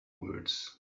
words